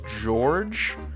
George